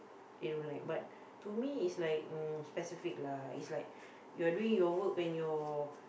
they don't like but to me is like uh specific lah is like you're doing your work when your